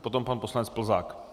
Potom pan poslanec Plzák.